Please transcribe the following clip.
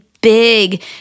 big